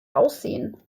aussehen